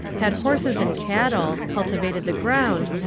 had horses and cattle, cultivated the ground,